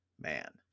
man